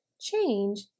change